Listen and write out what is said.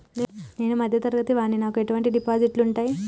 నేను మధ్య తరగతి వాడిని నాకు ఎటువంటి డిపాజిట్లు ఉంటయ్?